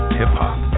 hip-hop